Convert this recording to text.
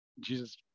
jesus